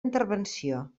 intervenció